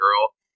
girl